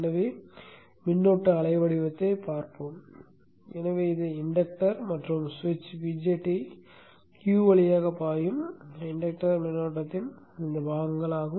எனவே மின்னோட்ட அலை வடிவத்தை வைப்போம் எனவே இது இன்டக்டர்மற்றும் சுவிட்ச் BJT Q வழியாக பாயும் இன்டக்டர்மின்னோட்டத்தின் பாகங்கள் ஆகும்